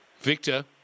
Victor